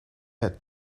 add